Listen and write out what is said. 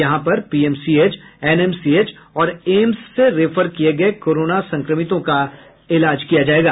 यहां पर PMCH NMCH और एम्स से रेफर किये गये कोरोना संक्रमितों का इलाज किया जायेगा